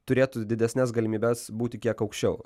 turėtų didesnes galimybes būti kiek aukščiau